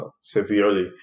severely